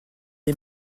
est